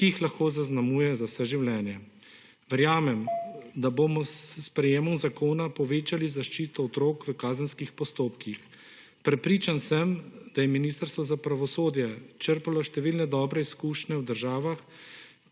ki ga lahko zaznamuje za vse življenje. Verjamem, da bomo s sprejetjem zakona povečali zaščito otrok v kazenskih postopkih. Prepričan sem, da je Ministrstvo za pravosodje črpalo številne dobre izkušnje v državah,